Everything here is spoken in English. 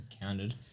Counted